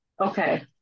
Okay